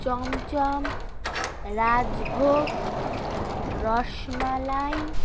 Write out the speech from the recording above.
chamcham rajbhog rasmalai